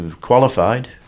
qualified